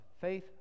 faith